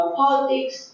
politics